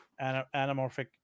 anamorphic